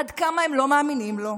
עד כמה הם לא מאמינים לו,